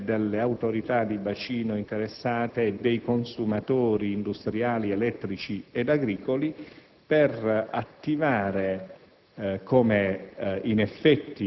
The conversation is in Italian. delle Regioni interessate, delle autorità di bacino interessate e dei consumatori industriali, elettrici ed agricoli per attivare,